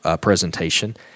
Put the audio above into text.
presentation